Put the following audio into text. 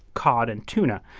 cod and tuna.